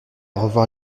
revoir